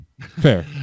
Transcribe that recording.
Fair